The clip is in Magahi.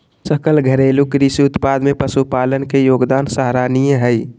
सकल घरेलू कृषि उत्पाद में पशुपालन के योगदान सराहनीय हइ